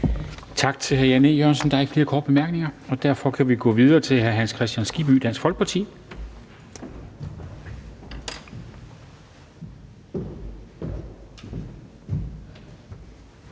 Tak til hr. Jan E. Jørgensen. Der er ikke flere korte bemærkninger. Derfor kan vi gå videre til hr. Hans Kristian Skibby, Dansk Folkeparti.